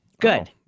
Good